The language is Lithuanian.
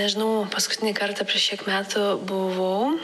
nežinau paskutinį kartą prieš kiek metų buvau